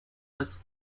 was